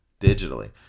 digitally